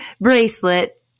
bracelet